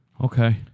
Okay